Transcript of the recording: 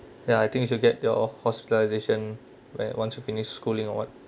ya I think you should get your hospitalisation where once you're finished schooling or what